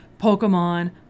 Pokemon